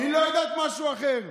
היא לא יודעת משהו אחר.